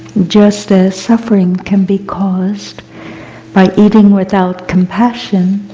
just as suffering can be caused by eating without compassion,